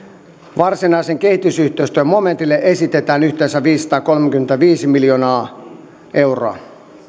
varsinaisen kehitysyhteistyön momentille esitetään yhteensä viisisataakolmekymmentäviisi miljoonaa euroa